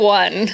one